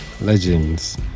legends